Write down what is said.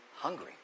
hungry